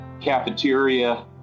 cafeteria